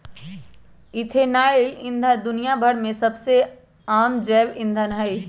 ethanol ईंधन दुनिया भर में सबसे आम जैव ईंधन हई